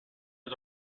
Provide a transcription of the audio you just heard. his